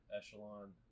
echelon